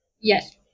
Yes